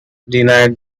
denied